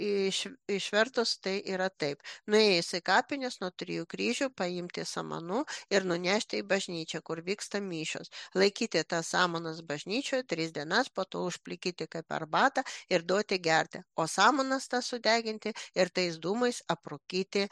iš išvertus tai yra taip nuėjus į kapines nuo trijų kryžių paimti samanų ir nunešti į bažnyčią kur vyksta mišios laikyti tas samanas bažnyčioje tris dienas po to užplikyti arbatą ir duoti gerti o samanas tas sudeginti ir tais dūmais aprūkyti